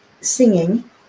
singing